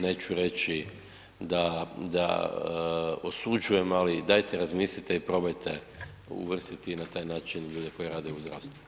Neću reći da osuđujem, ali dajte razmislite i probajte uvrstiti i na taj način ljude koji rade u zdravstvu.